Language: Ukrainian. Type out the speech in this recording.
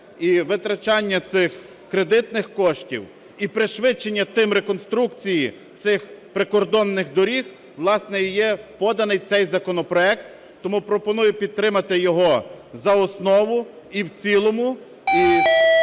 і витрачання цих кредитних коштів і пришвидшення тим реконструкції цих прикордонних доріг, власне, і є поданий цей законопроект. Тому пропоную підтримати його за основу і в цілому.